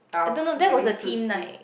I don't know that was the theme night